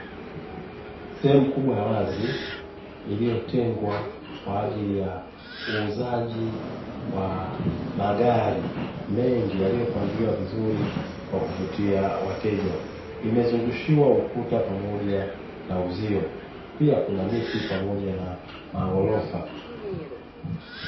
Sehemu kubwa ya wazi iliyotengwa kwa ajili ya uuzaji wa magari mengi yaliyo pangiliwa vizuri kwa kuvutia wateja, imezungushiwa ukuta pamoja na uzio pia kuna miti pamoja na maghorofa.